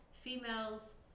Females